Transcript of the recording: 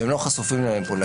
והם לא חשופים למניפולציה.